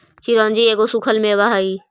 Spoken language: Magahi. चिरौंजी एगो सूखल मेवा हई